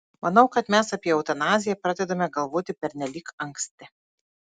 manau kad mes apie eutanaziją pradedame galvoti pernelyg anksti